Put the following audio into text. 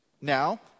Now